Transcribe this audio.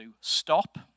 stop